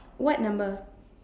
what number